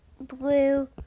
blue